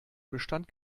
bestand